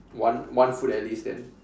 one one food at least then